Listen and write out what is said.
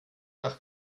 nach